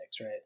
right